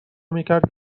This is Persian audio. میکرد